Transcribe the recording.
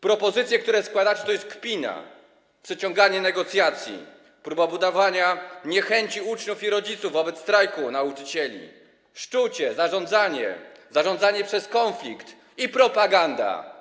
Propozycje, które składacie, to jest kpina, przeciąganie negocjacji, próba budowania niechęci uczniów i rodziców wobec strajku nauczycieli, szczucie, zarządzanie przez konflikt i propaganda.